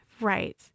right